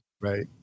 right